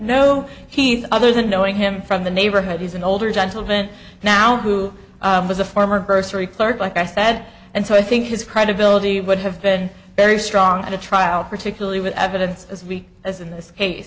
is other than knowing him from the neighborhood he's an older gentleman now who was a former grocery clerk like i said and so i think his credibility would have been very strong in a trial particularly with evidence as we as in this case